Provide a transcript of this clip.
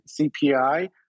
CPI